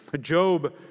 Job